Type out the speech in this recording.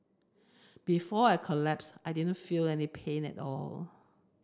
before I collapsed I didn't feel any pain at all